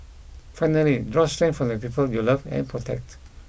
finally draw strength from the people you love and protect